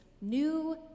New